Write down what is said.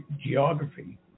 geography